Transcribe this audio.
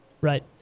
Right